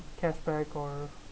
cashback or